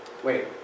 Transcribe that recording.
Wait